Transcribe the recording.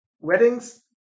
weddings